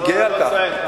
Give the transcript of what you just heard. אני גאה על כך,